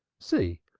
see,